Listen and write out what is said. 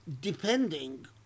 depending